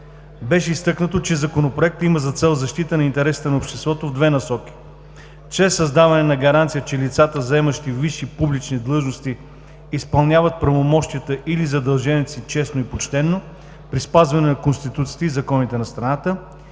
Беше изтъкнато, че Законопроектът има за цел защита интересите на обществото в две насоки: чрез създаване на гаранции, че лицата, заемащи висши публични длъжности изпълняват правомощията или задълженията си честно и почтено при спазване на Конституцията и законите на страната,